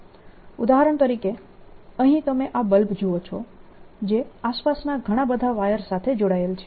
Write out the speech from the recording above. ઉદાહરણ તરીકે અહીં તમે આ બલ્બ જુઓ છો જે આસપાસના ઘણા બધા વાયર સાથે જોડાયેલ છે